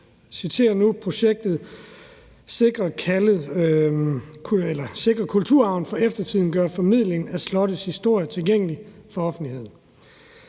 jeg citerer, at projektet »skal sikre kulturarven for eftertiden og gøre formidlingen af slottets historie tilgængelig for offentligheden«.